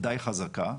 די חזקה.